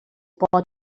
pot